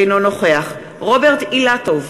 אינו נוכח רוברט אילטוב,